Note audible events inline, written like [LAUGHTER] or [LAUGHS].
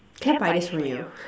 can I buy this for you [LAUGHS]